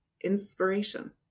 inspiration